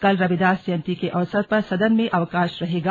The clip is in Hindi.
कल रविदास जयंती के अवसर पर सदन की में अवकाश रहेगा